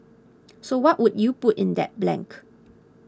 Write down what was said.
so what would you put in that blank